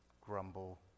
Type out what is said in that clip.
grumble